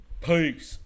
Peace